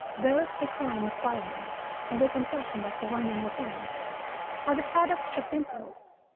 both a crime of violence and a confession like the one in your hand are the products of impulse.